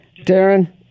Darren